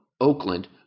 Oakland